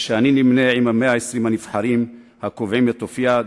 שבו אני נמנה עם 120 הנבחרים הקובעים את אופיה,